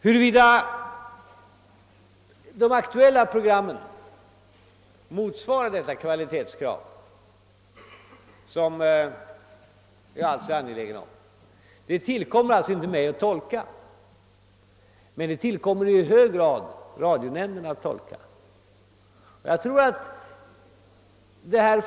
Huruvida de aktuella programmen motsvarar det kvalitetskrav som vi är angelägna om tillkommer det inte mig att bedöma. Det tillkommer däremot i hög grad radionämnden att bedöma den saken.